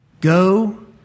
Go